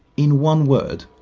in one word,